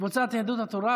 קבוצת סיעת יהדות התורה,